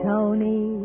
Tony